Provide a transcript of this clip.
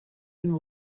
and